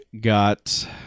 got